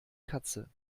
katze